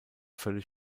völlig